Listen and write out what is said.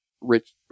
rich